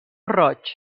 roig